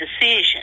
decision